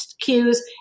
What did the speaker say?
cues